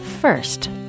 First